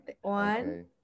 one